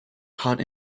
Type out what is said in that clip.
caught